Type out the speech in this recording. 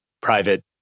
private